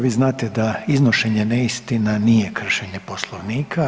Vi znate da iznošenje neistina nije kršenje Poslovnika.